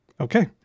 Okay